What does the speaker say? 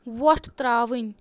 وۄٹھ ترٛاوٕنۍ